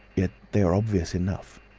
yet they are obvious enough.